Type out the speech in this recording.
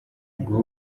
guha